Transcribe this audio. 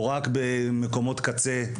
או רק במקומות קצה,